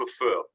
prefer